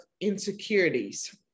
insecurities